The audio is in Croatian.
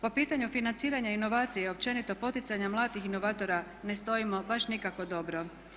Po pitanju financiranja i inovacije i općenito poticanja mladih inovatora ne stojimo baš nikako dobro.